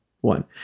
One